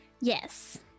Yes